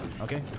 okay